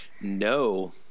No